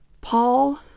Paul